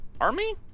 Army